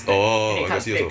orh I got see also